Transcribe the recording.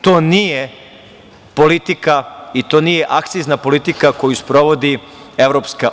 To nije politika i to nije akcizna politika koju sprovodi EU.